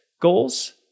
goals